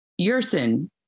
Yerson